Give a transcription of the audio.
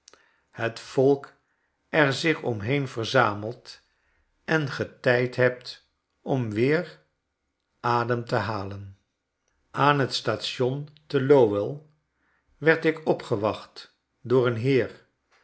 het volk er zich omheen verzamelt en ge tijd heb t om weer adem te halen aan t station te l o w e werd ik opgewacht door een heer